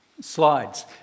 Slides